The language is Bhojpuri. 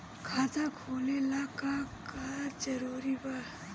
खाता खोले ला का का जरूरी बा?